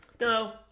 No